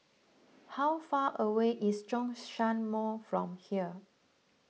how far away is Zhongshan Mall from here